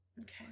Okay